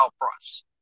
price